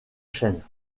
chaînes